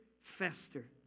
Faster